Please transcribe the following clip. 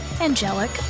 angelic